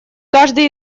каждый